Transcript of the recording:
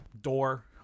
door